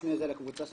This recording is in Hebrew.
שלחנו את זה לקבוצה של